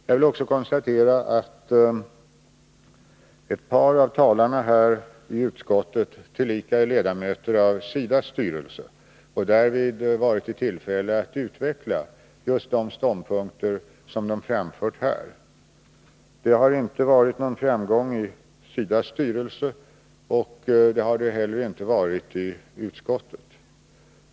Jag vill också konstatera att ett par av talarna från utskottet tillika är ledamöter i SIDA:s styrelse och där varit i tillfälle att utveckla just de ståndpunkter som de framfört här. De har inte rönt någon framgång i SIDA:s styrelse och inte heller i utskottet.